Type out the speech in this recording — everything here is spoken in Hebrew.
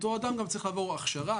אותו אדם גם צריך לעבור הכשרה,